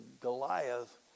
Goliath